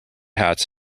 hats